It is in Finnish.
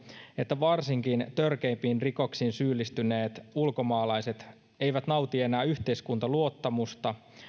että varsinkaan törkeimpiin rikoksiin syyllistyneet ulkomaalaiset eivät nauti enää yhteiskuntaluottamusta